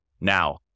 Now